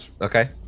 Okay